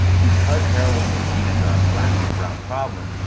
because heroin was seen as a black and brown problem,